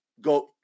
go